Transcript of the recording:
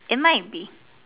it might be